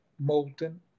molten